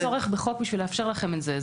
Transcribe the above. אדוני, אין צורך בחוק בשביל לאפשר לכם את זה.